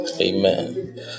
Amen